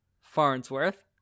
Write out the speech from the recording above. Farnsworth